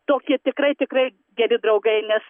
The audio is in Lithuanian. tokie tikrai tikrai geri draugai nes